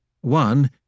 One